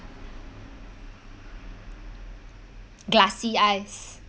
glassy eyes